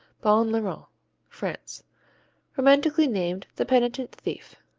bon larron france romantically named the penitent thief.